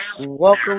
Welcome